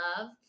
love